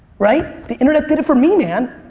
right? the internet did it for me, man.